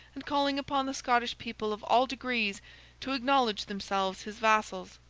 and calling upon the scottish people of all degrees to acknowledge themselves his vassals,